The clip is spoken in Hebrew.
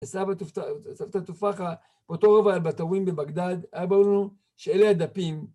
‫אז סבתא תופחה, ‫באותו רבע היה בתאווים בבגדד, ‫היה בא לנו שאלה הדפים.